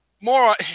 more